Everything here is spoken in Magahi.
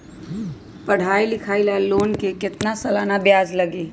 पढाई लिखाई ला लोन के कितना सालाना ब्याज लगी?